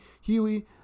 Huey